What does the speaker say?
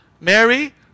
Mary